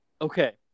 Okay